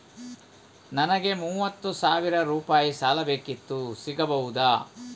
ನನಗೆ ಮೂವತ್ತು ಸಾವಿರ ರೂಪಾಯಿ ಸಾಲ ಬೇಕಿತ್ತು ಸಿಗಬಹುದಾ?